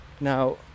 now